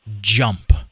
jump